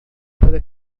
para